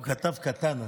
הוא כתב קטן.